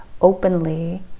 openly